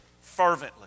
Fervently